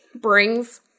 brings